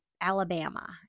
Alabama